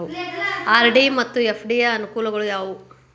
RD ಮತ್ತು FD ಯ ಅನುಕೂಲಗಳು ಯಾವವು?